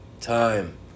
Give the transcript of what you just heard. time